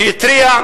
שהתריע,